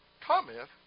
cometh